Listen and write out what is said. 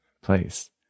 place